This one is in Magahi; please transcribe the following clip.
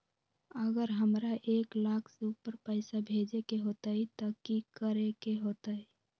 अगर हमरा एक लाख से ऊपर पैसा भेजे के होतई त की करेके होतय?